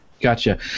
Gotcha